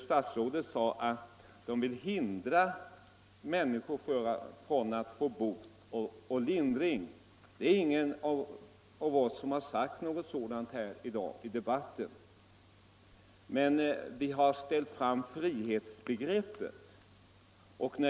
Statsrådet sade att vi vill hindra människor från att få bot och lindring. Det är ingen av oss som har sagt någonting sådant i debatten i dag, men vi har dragit fram frihetsbegreppet.